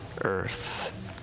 earth